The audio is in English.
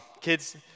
Kids